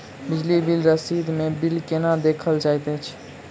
बिजली बिल रसीद मे बिल केना देखल जाइत अछि?